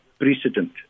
precedent